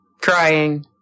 crying